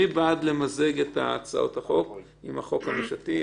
מי בעד מיזוג הצעות החוק עם החוק הממשלתי?